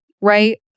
right